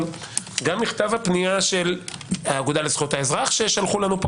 גם מכתב הפנייה של האגודה לזכויות האזרח ששלחו לנו פה